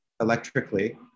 electrically